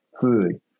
food